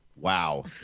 wow